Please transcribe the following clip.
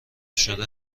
شده